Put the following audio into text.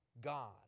God